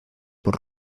por